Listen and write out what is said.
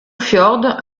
fjord